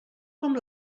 com